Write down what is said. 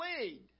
lead